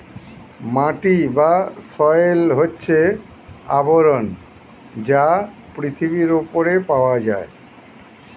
মাটি বা সয়েল হচ্ছে আবরণ যা পৃথিবীর উপরে পাওয়া যায়